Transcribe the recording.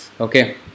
okay